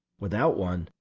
without one,